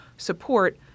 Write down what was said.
support